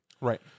Right